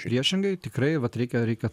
priešingai tikrai vat reikia reikia